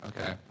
Okay